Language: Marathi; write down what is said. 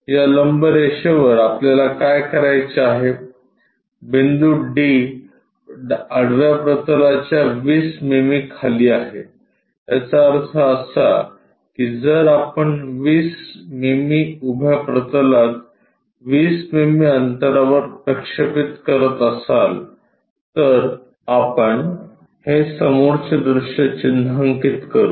या लंब रेषेवर आपल्याला काय करायचे आहे बिंदू D आडव्या प्रतलाच्या 20 मिमी खाली आहे याचा अर्थ असा की जर आपण 20 मिमी उभ्या प्रतलात 20 मिमी अंतरावर प्रक्षेपित करत असाल तर आपण हे समोरचे दृश्य चिन्हांकित करू